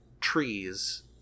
trees